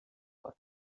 cort